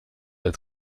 der